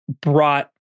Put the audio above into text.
brought